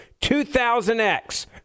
2000X